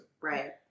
Right